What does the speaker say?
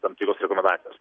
tam tikros rekomendacijos